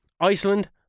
Iceland